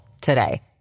today